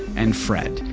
and fred.